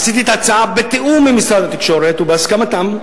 עשיתי את ההצעה בתיאום עם משרד התקשורת ובהסכמתם,